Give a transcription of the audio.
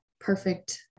perfect